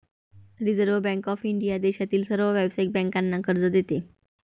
reserve bank of India देशातील सर्व व्यावसायिक बँकांना कर्ज देते